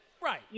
Right